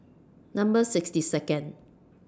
Number sixty Second